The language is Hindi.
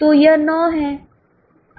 तो यह 9 है